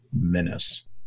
menace